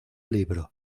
libro